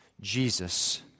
Jesus